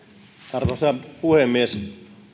arvoisa puhemies